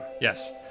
Yes